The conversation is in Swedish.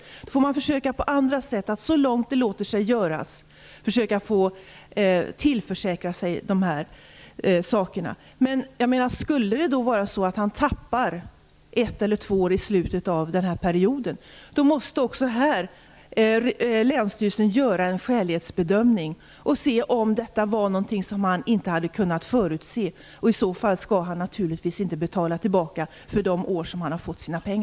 Men då får brukarna försöka på andra sätt att så långt det låter sig göras tillförsäkra sig det som krävs. Skulle det visa sig att brukaren tappar ett eller två år i slutet av perioden, måste länsstyrelsen också här göra en skälighetsbedömning för att se om detta var någonting som inte hade kunnat förutses. I så fall skall brukaren naturligtvis inte betala tillbaka för de år som han har fått ersättning.